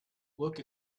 look